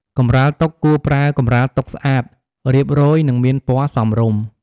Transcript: កម្រាលតុ គួរប្រើកម្រាលតុស្អាត រៀបរយ និងមានពណ៌សមរម្យ។